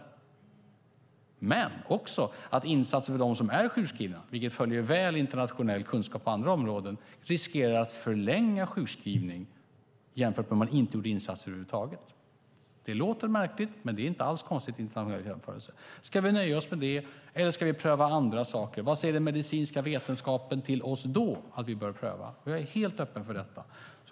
Vi vet också att insatser för dem som är sjukskrivna, vilket väl följer internationell kunskap på andra områden, riskerar att förlänga sjukskrivning jämfört med om man inte gjorde insatser över huvud taget. Det låter märkligt, men det är inte alls konstigt i internationell jämförelse. Ska vi nöja oss med det, eller ska vi pröva andra saker? Vad säger den medicinska vetenskapen att vi då bör pröva? Jag är helt öppen för detta.